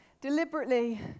deliberately